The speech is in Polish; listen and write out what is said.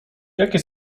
jakie